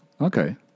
okay